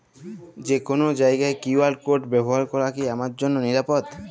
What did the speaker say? যে কোনো জায়গার কিউ.আর কোড ব্যবহার করা কি আমার জন্য নিরাপদ?